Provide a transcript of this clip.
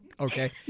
okay